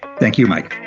thank you, mike